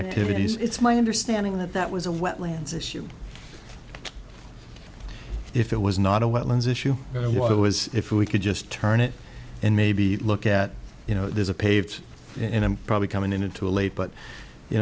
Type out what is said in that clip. activities it's my understanding that that was a wetlands issue if it was not a wetlands issue you know what it was if we could just turn it and maybe look at you know there's a paved in and probably coming in it too late